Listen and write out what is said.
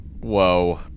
Whoa